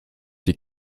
die